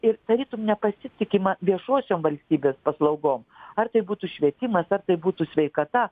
ir tarytum nepasitikima viešosiom valstybės paslaugom ar tai būtų švietimas ar tai būtų sveikata